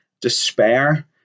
despair